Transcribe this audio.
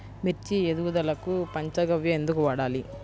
మిర్చి ఎదుగుదలకు పంచ గవ్య ఎందుకు వాడాలి?